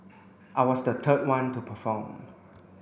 I was the third one to perform